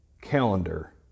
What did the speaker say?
calendar